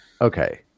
Okay